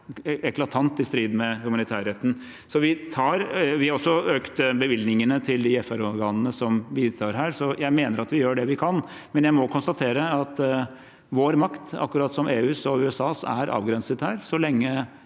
er eklatant i strid med humanitærretten. Vi har også økt bevilgningene til de FN-organene som bistår her, så jeg mener at vi gjør det vi kan. Men jeg må konstatere at vår makt, akkurat som EUs og USAs, er avgrenset her,